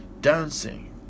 Dancing